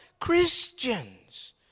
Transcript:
Christians